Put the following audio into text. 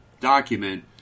document